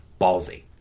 ballsy